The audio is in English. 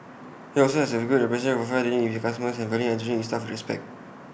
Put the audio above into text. IT also has A good reputation for fair dealing with its customers and valuing and treating its staff with respect